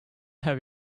have